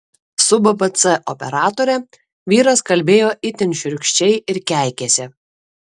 su bpc operatore vyras kalbėjo itin šiurkščiai ir keikėsi